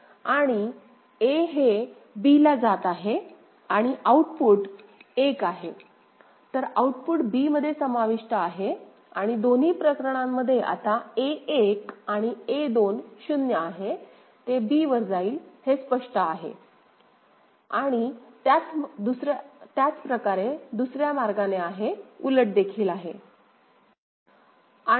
आणि a हे bला जात आहे आणि आउटपुट 1 आहे तर आऊटपुट b मध्ये समाविष्ट आहे आणि दोन्ही प्रकरणांमध्ये आता a1 आणि a2 0 आहे ते b वर जाईल हे स्पष्ट आहे आणि त्याच प्रकारे दुसर्या मार्गाने आहे उलट देखील आहे